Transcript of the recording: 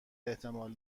احتمال